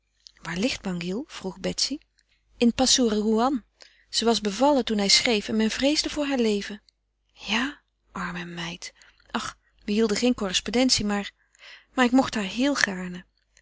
waar ligt bangil vroeg betsy in pasoeroean ze was bevallen toen hij schreef en men vreesde voor haar leven ja arme meid ach we hielden geen correspondentie maar maar ik mocht haar heel gaarne